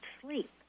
sleep